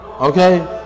Okay